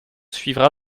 suivra